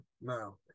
No